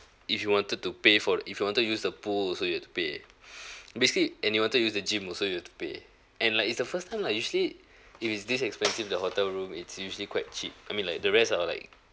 if you wanted to pay for the if you wanted use the pool also you have to pay basically and you wanted to use the gym also you have to pay and like it's the first time lah usually if it's this expensive the hotel room it's usually quite cheap I mean like the rest are like